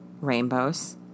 rainbows